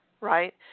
right